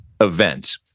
event